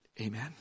Amen